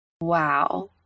Wow